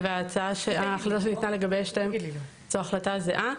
ההחלטה שניתנה לגבי שתי ההצעות היא החלטה זהה.